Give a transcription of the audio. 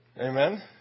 Amen